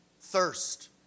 thirst